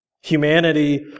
Humanity